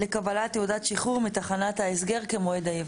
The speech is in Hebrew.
לקבלת תעודת שחרור מתחנת ההסגר כמועד היבוא.